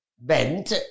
bent